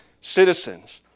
citizens